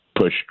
push